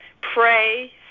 pray